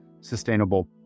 sustainable